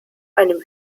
einem